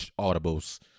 audibles